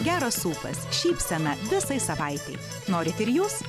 geras ūpas šypsena visai savaitei norite ir jūs